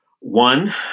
One